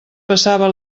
passava